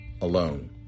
alone